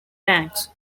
tanks